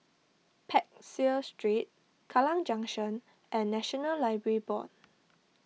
Peck Seah Street Kallang Junction and National Library Board